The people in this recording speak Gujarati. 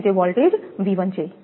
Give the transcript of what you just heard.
તેથીતે વોલ્ટેજ 𝑉1 છે